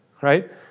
right